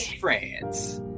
france